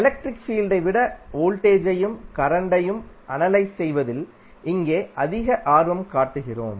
electric ஃபீல்டை விட வோல்டேஜையும் கரண்டையும் அனலைஸ் செய்வதில் இங்கே அதிக ஆர்வம் காட்டுகிறோம்